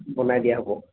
বনাই দিয়া হ'ব